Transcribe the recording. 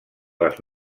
les